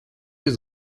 esi